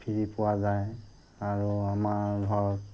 free পোৱা যায় আৰু আমাৰ ঘৰত